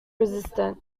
resistant